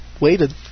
waited